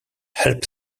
helped